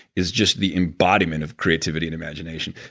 is just the embodiment of creativity and imagination.